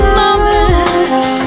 moments